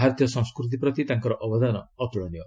ଭାରତୀୟ ସଂସ୍କୃତି ପ୍ରତି ତାଙ୍କର ଅବଦାନ ଅତୂଳନୀୟ